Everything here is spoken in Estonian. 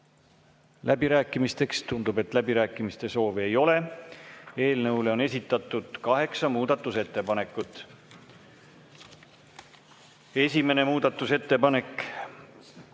läbirääkimisteks? Tundub, et läbirääkimiste soovi ei ole. Eelnõu kohta on esitatud kaheksa muudatusettepanekut. Esimene muudatusettepanek,